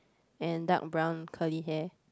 and dark brown curly hair